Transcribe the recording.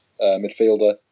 midfielder